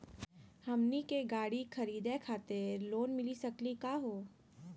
हमनी के गाड़ी खरीदै खातिर लोन मिली सकली का हो?